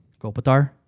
Kopitar